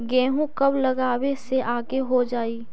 गेहूं कब लगावे से आगे हो जाई?